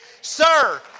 Sir